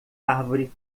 árvore